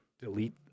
delete